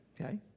Okay